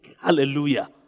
hallelujah